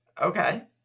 Okay